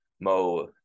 mo